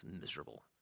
miserable